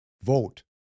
vote